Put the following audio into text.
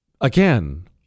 Again